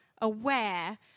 aware